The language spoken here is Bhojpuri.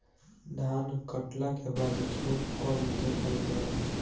धान काटला के बाद धूप कम दिखाई देला